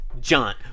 John